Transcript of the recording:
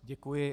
Děkuji.